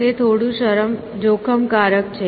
તે થોડું જોખમકારક છે